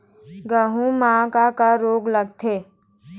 गेहूं म का का रोग लगथे?